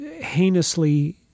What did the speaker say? heinously